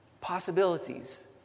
possibilities